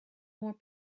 more